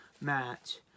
match